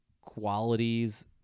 qualities